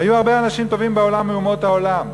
היו הרבה אנשים טובים בעולם מאומות העולם,